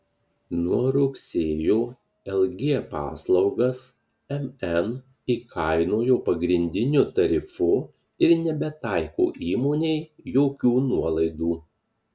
nuo rugsėjo lg paslaugas mn įkainojo pagrindiniu tarifu ir nebetaiko įmonei jokių nuolaidų